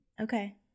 Okay